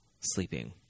sleeping